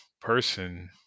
person